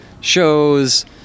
shows